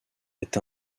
est